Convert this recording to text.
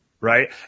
Right